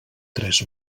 tres